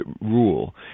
rule